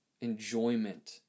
enjoyment